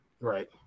Right